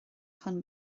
chun